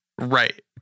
right